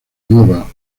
nueva